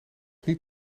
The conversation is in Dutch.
niet